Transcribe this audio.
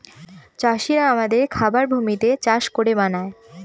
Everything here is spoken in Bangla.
চাষিরা আমাদের খাবার ভূমিতে চাষ করে বানায়